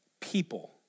people